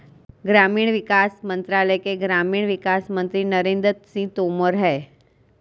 ग्रामीण विकास मंत्रालय के ग्रामीण विकास मंत्री नरेंद्र सिंह तोमर है